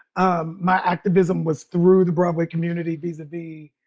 um my activism was through the broadway community, vis-a-vis,